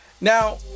now